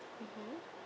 mmhmm